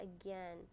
again